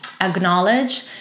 acknowledge